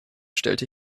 stellte